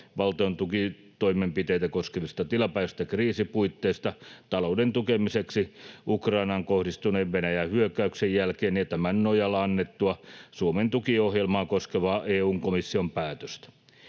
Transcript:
valtiontukitoimenpiteitä koskevista tilapäisistä kriisipuitteista talouden tukemiseksi Ukrainaan kohdistuneen Venäjän hyökkäyksen jälkeen ja tämän nojalla annettua Suomen tukiohjelmaa koskevaa EU:n komission päätöstä.